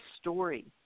story